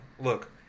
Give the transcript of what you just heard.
Look